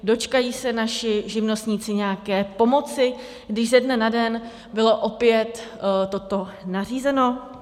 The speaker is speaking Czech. Dočkají se naši živnostníci nějaké pomoci, když ze dne na den bylo opět toto nařízeno?